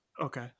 Okay